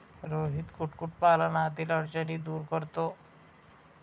रोहित कुक्कुटपालनातील अडचणी दूर करतो